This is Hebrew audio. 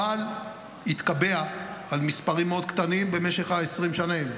אבל התקבע על מספרים קטנים מאוד במשך 20 השנים.